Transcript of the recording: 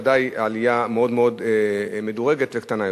ודאי עלייה מאוד מאוד מדורגת וקטנה יותר.